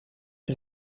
per